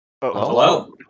Hello